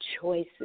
Choices